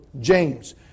James